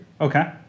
Okay